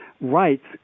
rights